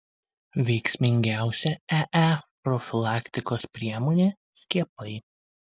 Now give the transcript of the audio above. veiksmingiausia ee profilaktikos priemonė skiepai